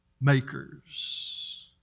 makers